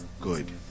good